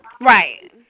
Right